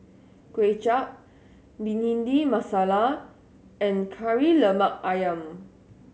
Kway Chap Bhindi Masala and Kari Lemak Ayam